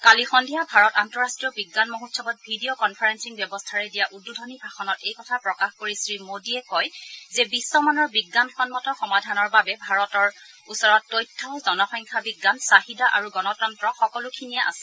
কালি সদ্ধিয়া ভাৰত আন্তঃৰাষ্ট্ৰীয় বিজ্ঞান মহোৎসৱত ভিডিঅ' কনফাৰেলিং ব্যৱস্থাৰে দিয়া উদ্বোধনী ভাষণত এই কথা প্ৰকাশ কৰি শ্ৰীমোদীয়ে কয় যে বিশ্মানৰ বিজ্ঞানসন্মত সমাধানৰ বাবে ভাৰতৰ ওচৰত তথ্য জনসংখ্যা বিজ্ঞান চাহিদা আৰু গণতন্ত্ৰ সকলোখিনিয়েই আছে